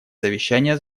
совещания